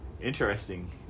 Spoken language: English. Interesting